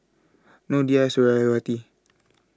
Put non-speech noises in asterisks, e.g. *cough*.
Noh Dhia Suriawati *noise*